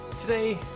today